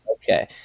Okay